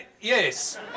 Yes